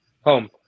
home